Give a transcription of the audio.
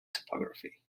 topography